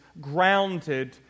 grounded